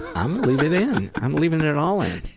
i'm leave it in. i'm leaving it it all in.